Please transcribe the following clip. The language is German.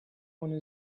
ohne